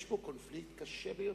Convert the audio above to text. יש פה קונפליקט קשה ביותר.